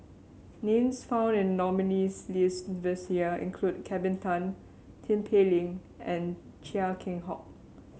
names found in the nominees' list this year include Kelvin Tan Tin Pei Ling and Chia Keng Hock